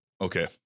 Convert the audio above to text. Okay